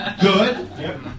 good